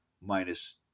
Minus